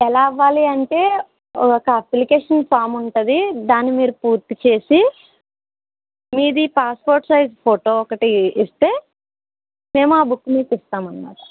ఎలా అవ్వాలి అంటే ఒక అప్లికేషన్ ఫామ్ ఉంటుంది దాన్ని మీరు పూర్తిచేసి మీది పాస్పోర్ట్ సైజ్ ఫోటో ఒకటి ఇస్తే మేము ఆ బుక్ మీకు ఇస్తాము అన్నమాట